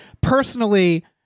personally